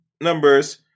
numbers